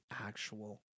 actual